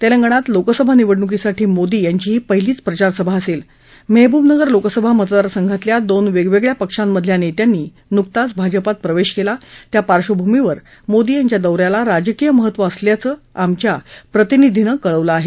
तेंलगणात लोकसभा निवडणुकीसाठी मोदी यांची ही पहिलीच प्रचारसभा असेल मेहबूबनगर लोकसभा मतदारसंघातल्या दोन वेगवेगळया पक्षांमधल्या नेत्यांनी नुकताच भाजपात प्रवेश केला त्या पार्श्वभूमीवर मोदी यांच्या दौऱ्याला राजकीय महत्त्व असल्याचं आमच्या प्रतिनिधीनं कळवलं आहे